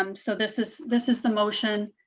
um so this is this is the motion.